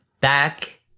Back